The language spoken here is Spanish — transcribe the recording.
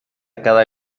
cada